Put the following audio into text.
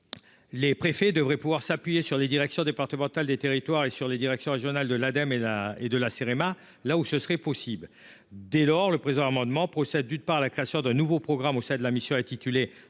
les préfets devrait pouvoir s'appuyer sur les directions départementales des territoires et sur les directions régionales de l'Ademe et la et de la CMA là où ce serait possible dès lors le présent amendement procède d'une part la création d'un nouveau programme sein de la mission intitulée